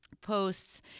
posts